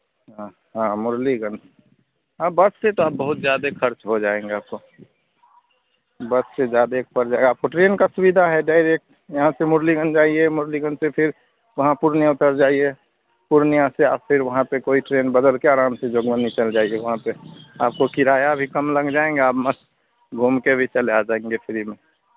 हाँ मुरलीगंज हाँ बस से तो आप बहुत ज़्यादे खर्च हो जाएंगे आपको बस से ज़्यादे पड़ जाएगा आपको ट्रेन का सुविधा है डायरेक्ट यहाँ से मुरलीगंज जाइए मुरलीगंज से फिर वहाँ पूर्णियाँ उतर जाइए पूर्णियाँ से आज से वहाँ पे कोई ट्रेन बदल कर आराम से जोगबनी चल जाइए वहाँ पर आपको किराया भी कम लग जाएंगे आप मस्त घूम कर भी चले आ जाएंगे फ्री में